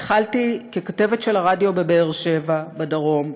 התחלתי ככתבת של הרדיו בבאר-שבע, בדרום.